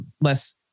less